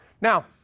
Now